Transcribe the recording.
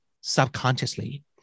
subconsciously